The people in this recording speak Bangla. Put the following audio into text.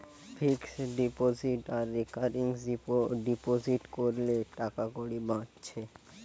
ফিক্সড ডিপোজিট আর রেকারিং ডিপোজিট কোরলে টাকাকড়ি বাঁচছে